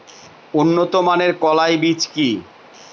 উন্নত মানের কলাই বীজ কি?